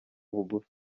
bugufi